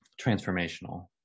transformational